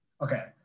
Okay